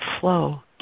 flow